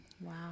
Wow